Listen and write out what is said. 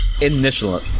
initial